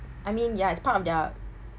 I mean ya it's part of their